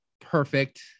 perfect